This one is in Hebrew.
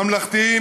ממלכתיים,